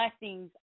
blessings